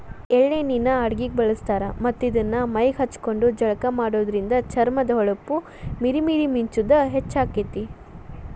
ಎಳ್ಳ ಎಣ್ಣಿನ ಅಡಗಿಗೆ ಬಳಸ್ತಾರ ಮತ್ತ್ ಇದನ್ನ ಮೈಗೆ ಹಚ್ಕೊಂಡು ಜಳಕ ಮಾಡೋದ್ರಿಂದ ಚರ್ಮದ ಹೊಳಪ ಮೇರಿ ಮೇರಿ ಮಿಂಚುದ ಹೆಚ್ಚಾಗ್ತೇತಿ